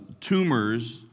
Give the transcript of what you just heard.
tumors